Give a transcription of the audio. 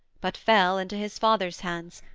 but fell into his father's hands,